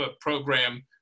program